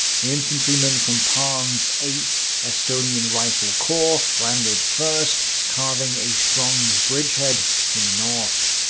infantrymen from parn's eighth estonian rifle corps landed first, carving a strong bridgehead in the north.